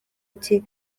ati